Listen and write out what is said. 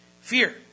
fear